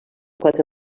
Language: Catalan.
quatre